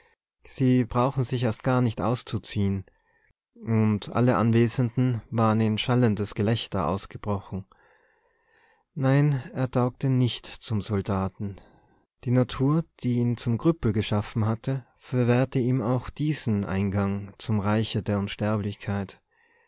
sie brauchen sich erst gar nicht auszuziehen und alle anwesenden waren in schallendes gelächter ausgebrochen nein er taugte nicht zum soldaten die natur die ihn zum krüppel geschaffen hatte verwehrte ihm auch diesen eingang zum reiche der unsterblichkeit